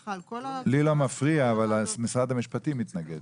והרווחה על כל- -- לי לא מפריע אבל משרד המשפטים יתנגד